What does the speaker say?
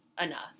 enough